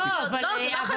לא, זה לא אחד מהתפקידים שלו.